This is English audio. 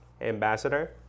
Ambassador